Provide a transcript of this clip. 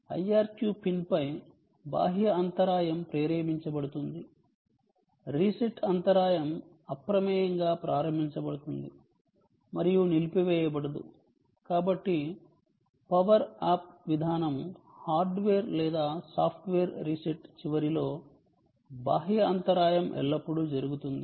IRQ పిన్పై బాహ్య అంతరాయం ప్రేరేపించబడుతుంది రీసెట్ అంతరాయం అప్రమేయంగా ప్రారంభించబడుతుంది మరియు నిలిపివేయబడదు కాబట్టి పవర్ అప్ విధానం హార్డ్వేర్ లేదా సాఫ్ట్వేర్ రీసెట్ చివరిలో బాహ్య అంతరాయం ఎల్లప్పుడూ జరుగుతుంది